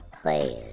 players